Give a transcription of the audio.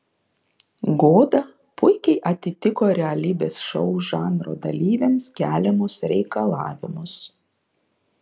goda puikiai atitiko realybės šou žanro dalyviams keliamus reikalavimus